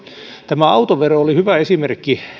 tämä autovero oli hyvä esimerkki